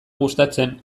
gustatzen